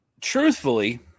Truthfully